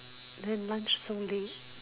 then lunch so late